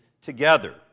together